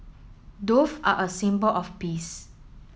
dove are a symbol of peace